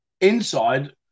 inside